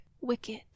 wicked